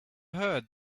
heard